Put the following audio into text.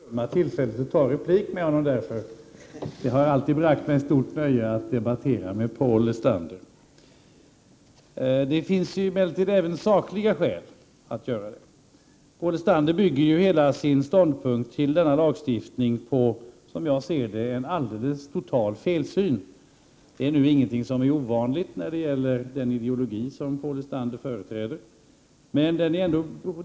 Herr talman! Paul Lestander skall ju inom kort lämna riksdagen, så jag vill inte försumma tillfället att ta en replik med honom. Det har alltid bragt mig ett stort nöje att debattera med Paul Lestander. Det finns emellertid även sakliga skäl att göra det. Paul Lestander bygger hela sin ståndpunkt i fråga om denna lagstiftning på, som jag ser det, en total felsyn. Det är ingenting ovanligt när det gäller den ideologi som Paul Lestander företräder.